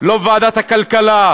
לא בוועדת הכלכלה,